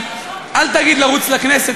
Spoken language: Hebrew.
אל תגיד "לרוץ לכנסת",